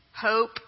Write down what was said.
Hope